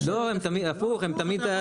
הפוך, הם תמיד.